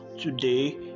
today